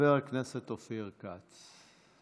חבר הכנסת אופיר כץ.